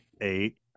eight